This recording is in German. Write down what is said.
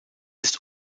ist